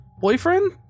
boyfriend